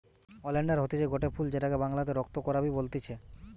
oleander হতিছে গটে ফুল যেটাকে বাংলাতে রক্ত করাবি বলতিছে